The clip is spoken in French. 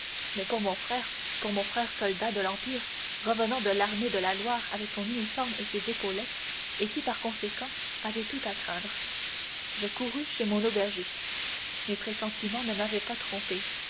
mais pour mon frère pour mon frère soldat de l'empire revenant de l'armée de la loire avec son uniforme et ses épaulettes et qui par conséquent avait tout à craindre je courus chez notre aubergiste mes pressentiments ne m'avaient pas trompé